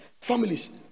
families